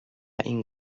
این